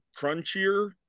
crunchier